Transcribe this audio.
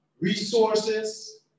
resources